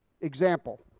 Example